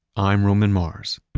i'm roman mars